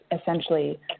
essentially